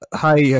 hi